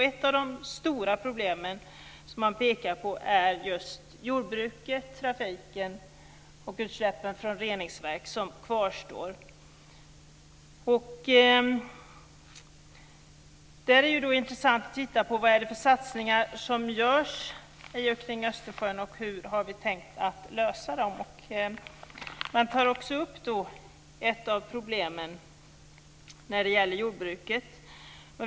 Några av de stora problem som kvarstår och som man pekar på är jordbruket, trafiken och utsläppen från reningsverk. Här är det intressant att titta på vad det är för satsningar som görs i och kring Östersjön och hur det är tänkt att detta ska lösas. Man tar särskilt upp ett av problemen när det gäller jordbruket.